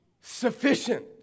sufficient